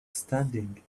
standing